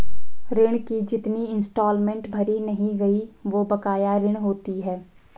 ऋण की जितनी इंस्टॉलमेंट भरी नहीं गयी वो बकाया ऋण होती है